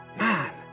Man